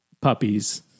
puppies